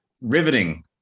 riveting